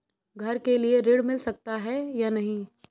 घर के लिए ऋण मिल सकता है या नहीं?